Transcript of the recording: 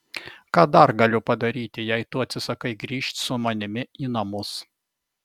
ką dar galiu padaryti jei tu atsisakai grįžt su manimi į namus